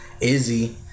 Izzy